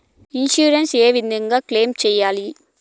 Insurance ఏ విధంగా claim సేయాలి?